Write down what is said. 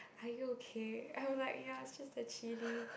are you okay I'm like ya it's just the chilli